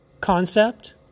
concept